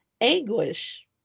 *Anguish*